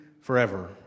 forever